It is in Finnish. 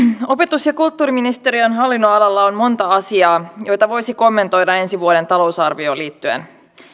opetus ja kulttuuriministeriön hallin nonalalla on monta asiaa joita voisi kommentoida ensi vuoden talousarvioon liittyen